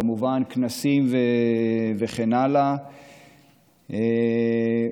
כמובן כנסים וכן הלאה,